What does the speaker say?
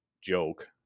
joke